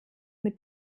mit